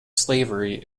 slavery